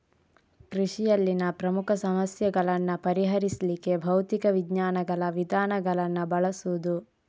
ಕೃಷಿಯಲ್ಲಿನ ಪ್ರಮುಖ ಸಮಸ್ಯೆಗಳನ್ನ ಪರಿಹರಿಸ್ಲಿಕ್ಕೆ ಭೌತಿಕ ವಿಜ್ಞಾನಗಳ ವಿಧಾನಗಳನ್ನ ಬಳಸುದು